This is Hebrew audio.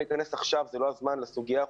זה לא הזמן לסוגיה החוקית,